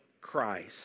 Christ